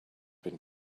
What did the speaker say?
been